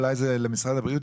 אולי יותר למשרד הבריאות,